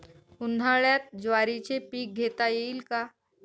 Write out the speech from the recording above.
उन्हाळ्यात ज्वारीचे पीक घेता येईल का?